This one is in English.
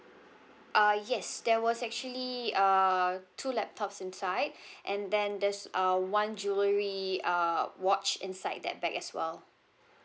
uh yes there was actually err two laptops inside and then there's uh one jewelry uh watch inside that bag as well